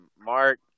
Mark